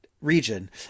region